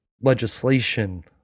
legislation